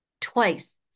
Twice